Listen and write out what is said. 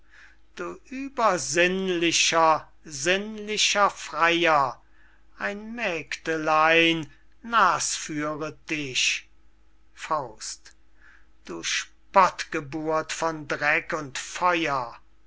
du übersinnlicher sinnlicher freyer ein mägdelein nasführet dich du spottgeburt von dreck und feuer